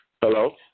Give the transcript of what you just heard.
Hello